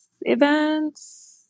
events